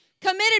committed